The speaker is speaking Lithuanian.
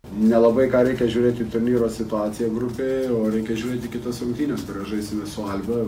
nelabai ką reikia žiūrėt į turnyro situaciją grupėje o reikia žiūrėt į kitas rungtynes žaisime su alba